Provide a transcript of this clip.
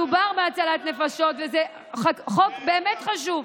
מדובר בהצלת נפשות, והחוק באמת חשוב,